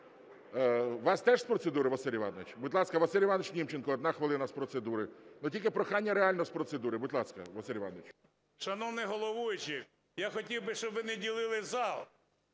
вас теж з процедури, Василь Іванович? Будь ласка, Василь Іванович Німченко, одна хвилина з процедури. Тільки прохання – реально з процедури. Будь ласка, Василь Іванович. 12:45:54 НІМЧЕНКО В.І. Шановний головуючий, я хотів би, щоб ви не ділили зал: